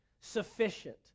sufficient